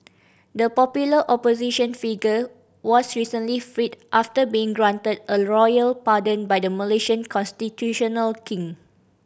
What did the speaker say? the popular opposition figure was recently freed after being granted a royal pardon by the Malaysian constitutional king